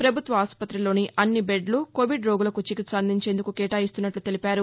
ప్రభుత్వ ఆస్పతిలోని అన్ని బెద్లు కోవిడ్ రోగులకు చికిత్స అందించేందుకు కేటాయిస్తున్నట్లు తెలిపారు